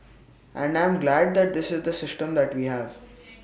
and I'm glad that this is the system that we have